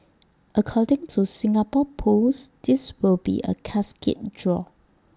according to Singapore pools this will be A cascade draw